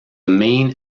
main